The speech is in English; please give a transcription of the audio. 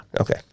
Okay